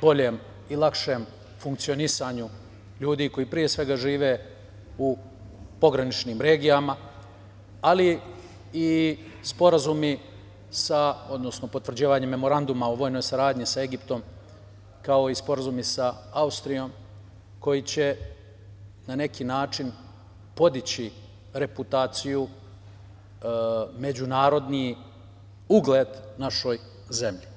boljem i lakšem funkcionisanju ljudi koji žive u pograničnim regijama, ali i sporazumi, odnosno potvrđivanje memoranduma o saradnji sa Egiptom, kao i sporazumi sa Austrijom, koji će na neki način podići reputaciju, međunarodni ugled našoj zemlji.